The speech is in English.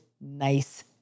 nice